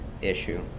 issue